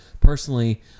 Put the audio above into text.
Personally